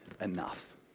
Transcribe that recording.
enough